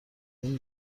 این